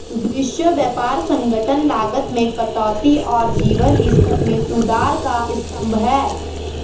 विश्व व्यापार संगठन लागत में कटौती और जीवन स्तर में सुधार का स्तंभ है